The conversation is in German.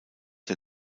der